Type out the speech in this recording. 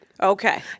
Okay